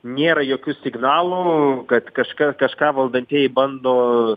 nėra jokių signalų kad kažką kažką valdantieji bando